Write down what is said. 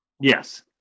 Yes